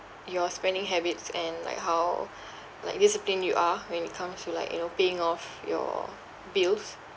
your spending habits and like how like disciplined you are when it comes to like you know paying off your bills